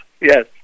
Yes